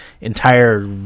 entire